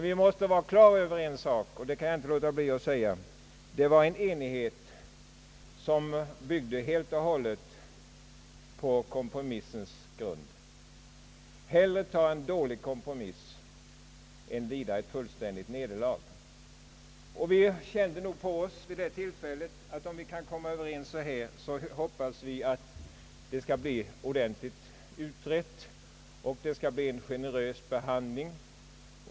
Vi måste dock vara klara över — det kan jag inte låta bli att säga — att det var en enighet, som helt och hållet byggde på kompromissens grund. Det gällde att hellre ta en dålig kompromiss än lida ett fullständigt nederlag. Vid det tillfället kände vi nog på oss att vi, om vi kom överens, hoppa des att det skulle bli en ordentlig utredning och en generös behandling.